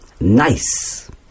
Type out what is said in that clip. nice